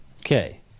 Okay